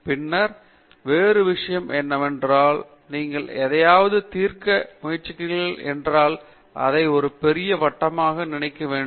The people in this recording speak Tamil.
பின்னர் வேறு விஷயம் என்னவென்றால் நீங்கள் எதையாவது தீர்க்க முயற்சிக்கிறீர்கள் என்றால் அதை ஒரு பெரிய வட்டமாக நினைக்க வேண்டும்